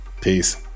Peace